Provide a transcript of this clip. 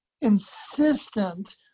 insistent